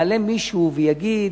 יעלה מישהו ויגיד: